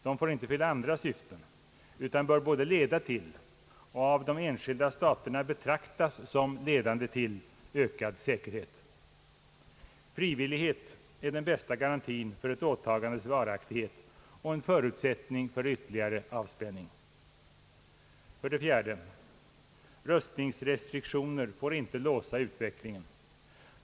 De får inte tjäna andra syften utan bör både leda till och av de enskilda staterna betraktas som ledande till ökad säkerhet. Frivillighet är den bästa garantin för ett åtagandes varaktighet och en förutsättning för ytterligare avspänning. 4. Rustningsrestriktioner får inte låsa utvecklingen.